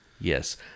Yes